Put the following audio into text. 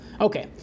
Okay